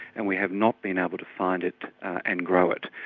and we have not been able to find it and grow it,